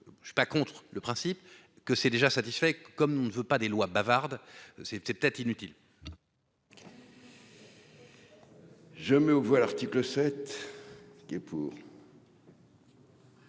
que je suis pas contre le principe que c'est déjà satisfait comme nous on ne veut pas des lois bavardes, c'était peut-être inutile. Je mets aux voix, l'article 7 qui est pour.